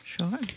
Sure